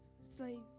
slaves